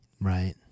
Right